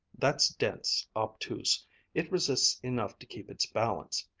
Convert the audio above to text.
that's dense, obtuse it resists enough to keep its balance.